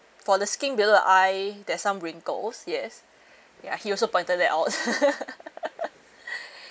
for the skin below eye there's some wrinkles yes ya he also pointed that out